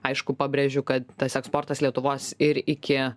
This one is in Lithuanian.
aišku pabrėžiu kad tas eksportas lietuvos ir iki